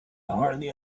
hardly